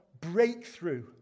breakthrough